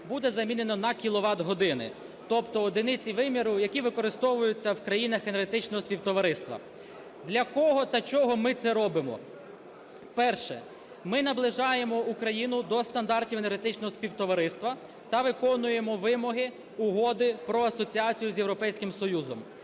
буде замінено на кіловат-години, тобто одиниці виміру, які використовуються в країнах Енергетичного співтовариства. Для кого та чого ми це робимо? Перше – ми наближаємо Україну до стандартів Енергетичного співтовариства та виконуємо вимоги Угоди про асоціацію з Європейським Союзом,